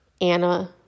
Anna